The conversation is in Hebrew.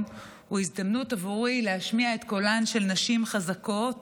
הוא ההזדמנות עבורי להשמיע את קולן של נשים חזקות